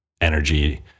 energy